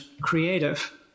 creative